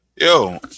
Yo